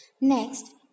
Next